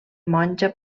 monja